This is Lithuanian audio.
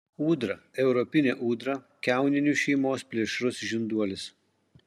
ūdra europinė ūdra kiauninių šeimos plėšrus žinduolis